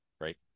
right